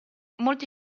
molti